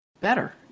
better